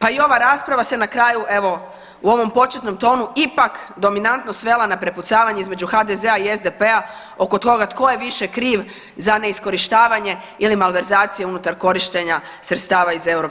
Pa i ova rasprava se na kraju evo u ovom početnom tonu ipak dominantno svela na prepucavanje između HDZ-a i SDP-a oko toga tko je više kriv za neiskorištavanje ili malverzaciju unutar korištenja sredstava iz EU